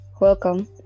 Welcome